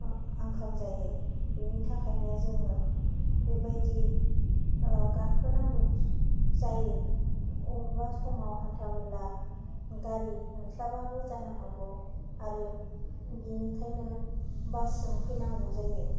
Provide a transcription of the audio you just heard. आंखाल जायो बिनि थाखायनो जोंङो बिबायदि गाखोनांगौ जायो अबेबा समाव हान्थामुला गारि मोनस्लाबाबो जानो हागौ आरो बिनिखायनो बासजों फैनांगौ जायो